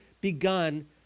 begun